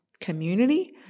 community